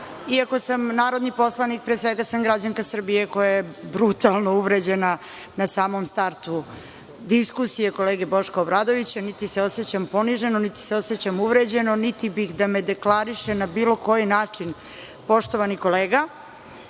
iako sam narodni poslanik, pre svega sam građanka Srbije koja je brutalno uvređena na samom startu diskusije kolege Boška Obradovića. Niti se osećam poniženo, niti se osećam uvređeno, niti bih da me deklariše na bilo koji način poštovani kolega. Mogu